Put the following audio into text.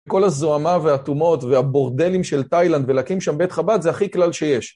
כל הזוהמה והטומאות והבורדלים של תאילנד ולהקים שם בית חב"ד זה הכי כלל שיש.